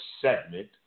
segment